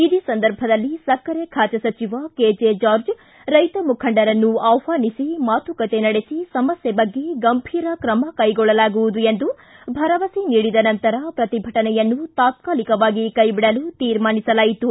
ಇದೇ ಸಂದರ್ಭದಲ್ಲಿ ಸಕ್ಕರೆ ಖಾತೆ ಸಚಿವ ಕೆ ಜೆ ಜಾರ್ಜ್ ರೈತ ಮುಖಂಡರನ್ನು ಆಹ್ವಾನಿಸಿ ಮಾತುಕತೆ ನಡೆಸಿ ಸಮಸ್ಕೆ ಬಗ್ಗೆ ಗಂಭೀರ ಕ್ರಮ ಕೈಗೊಳ್ಳಲಾಗುವುದು ಎಂದು ಭರವಸೆ ನೀಡಿದ ನಂತರ ಪ್ರತಿಭಟನೆಯನ್ನು ತಾತ್ಕಾಲಿಕ ಕೈಬಿಡಲು ತಿರ್ಮಾಸಲಾಯಿತು